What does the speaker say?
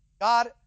God